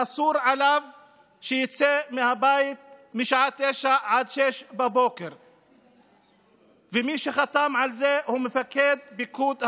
שאסור לו שיצא מהבית משעה 21:00 עד 06:00. ומי שחתם על זה הוא מפקד פיקוד העורף.